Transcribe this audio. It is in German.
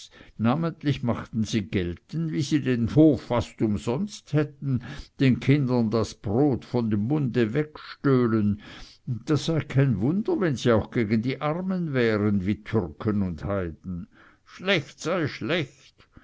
namentlich machten sie geltend wie sie den hof fast um nichts hätten den kindern das brot von dem munde wegstöhlen da sei es kein wunder wenn sie auch gegen die armen wären wie türken und heiden schlecht sei schlecht